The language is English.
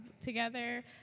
together